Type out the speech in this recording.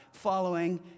following